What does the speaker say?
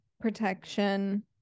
protection